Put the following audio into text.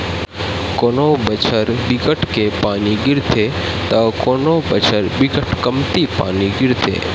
कोनो बछर बिकट के पानी गिरथे त कोनो बछर बिकट कमती पानी गिरथे